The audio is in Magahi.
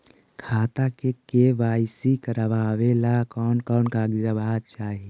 खाता के के.वाई.सी करावेला कौन कौन कागजात चाही?